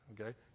Okay